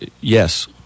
yes